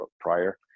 prior